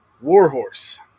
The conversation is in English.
Warhorse